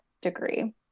degree